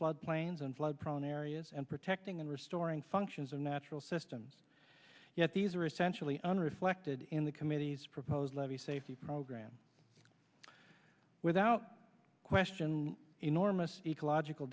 flood plains and flood prone areas and protecting and restoring functions of natural systems yet these are essentially under reflected in the committee's proposed levee safety program without question enormous ecological